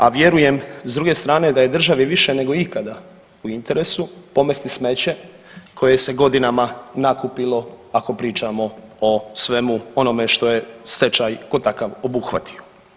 A vjerujem s druge strane da je državi više nego ikada u interesu pomesti smeće koje se godinama nakupilo ako pričamo o svemu onome što je stečaj ko takav obuhvatio.